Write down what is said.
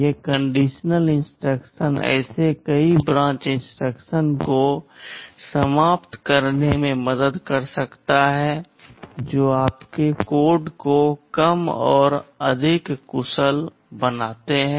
ये conditional instruction ऐसे कई ब्रांच इंस्ट्रक्शंस को समाप्त करने में मदद कर सकते हैं जो आपके कोड को कम और अधिक कुशल बनाते हैं